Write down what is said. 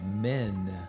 Men